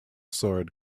sword